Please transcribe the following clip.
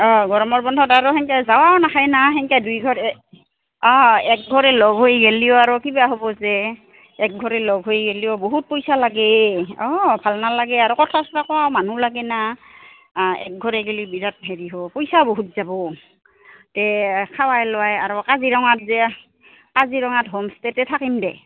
অঁ গৰমৰ বন্ধত আৰু সেনেকে যোৱাও নাখায় না সেনেকে দুইঘৰে অঁ একঘৰে লগ হৈ গেলিও আৰু কিবা হ'ব যে একঘৰে লগ হৈ গেলিও বহুত পইচা লাগে অঁ ভাল নালাগে আৰু কথা চথা কোৱা মানুহ লাগে না একঘৰে গেলিও বিৰাট হেৰি হ'ব পইচা বহুত যাব তে খোৱাই লোৱাই আৰু কাজিৰঙাত যে কাজিৰঙাত হোম ষ্টেতে থাকিম দে